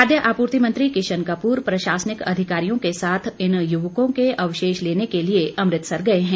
खाद्य आपूर्ति मंत्री किशन कपूर प्रशासनिक अधिकारियों के साथ इन युवकों के अवशेष लेने के लिए अमृतसर गए हैं